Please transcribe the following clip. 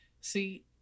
See